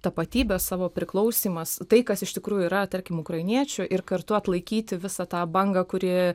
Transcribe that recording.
tapatybę savo priklausymas tai kas iš tikrųjų yra tarkim ukrainiečių ir kartu atlaikyti visą tą bangą kuri